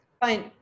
Fine